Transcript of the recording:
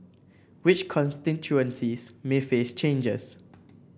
which constituencies may face changes